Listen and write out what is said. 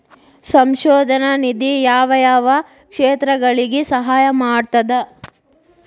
ಸಂಶೋಧನಾ ನಿಧಿ ಯಾವ್ಯಾವ ಕ್ಷೇತ್ರಗಳಿಗಿ ಸಹಾಯ ಮಾಡ್ತದ